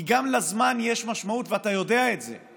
כי גם לזמן יש משמעות ואתה יודע את זה.